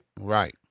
Right